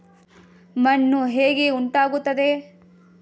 ಮಣ್ಣು ಹೇಗೆ ಉಂಟಾಗುತ್ತದೆ?